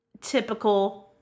typical